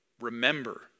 Remember